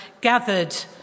gathered